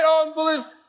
Unbelievable